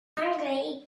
the